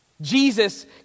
Jesus